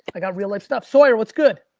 i got real life stuff. sawyer, what's good?